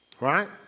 Right